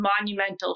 monumental